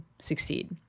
succeed